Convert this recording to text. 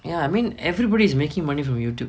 ya I mean everybody's making money from YouTube